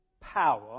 power